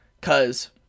cause